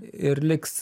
ir liks